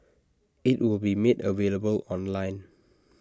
IT will be made available online